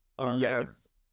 Yes